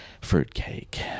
fruitcake